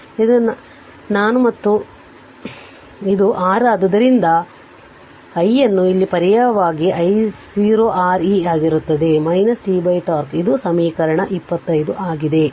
ಆದ್ದರಿಂದ ಇದು ನಿಮ್ಮದು ನಾನು ಮತ್ತು ಇದು R ಆದ್ದರಿಂದ Iಅನ್ನು ಇಲ್ಲಿ ಪರ್ಯಾಯವಾಗಿ ಅದು ಇಲ್ಲಿ I0 R e ಆಗಿರುತ್ತದೆ t τ ಇದು ಸಮೀಕರಣ 25 ಆಗಿದೆ